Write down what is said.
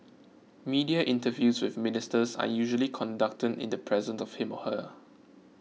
media interviews with Ministers are usually conducted in the presence of him or her